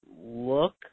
look